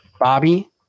Bobby